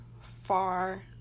far